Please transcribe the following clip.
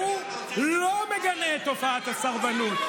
הוא לא מגנה את תופעת הסרבנות.